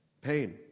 pain